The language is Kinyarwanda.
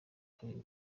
kabiri